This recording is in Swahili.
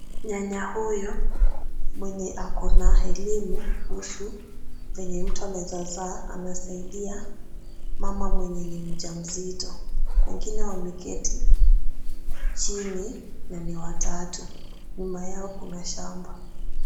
Nyanya huyu mwenye ako na elimu kuhusu venye mtu anaweza zaa, anasaidia mama mwenye ni mjamzito. Wengine wameketi chini na ni watatu. Nyuma yao kuna shamba.